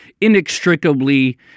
inextricably